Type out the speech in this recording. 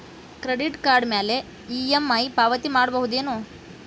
Credit card ಮ್ಯಾಲೆ EMI ಪಾವತಿ ಮಾಡ್ಬಹುದೇನು?